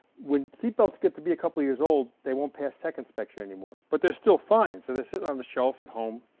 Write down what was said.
when seat belts get to be a couple years old they won't pass tech inspection anymore. but they're still fine. so they're sitting on the shelf at home,